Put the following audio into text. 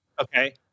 Okay